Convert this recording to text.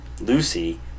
Lucy